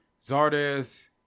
Zardes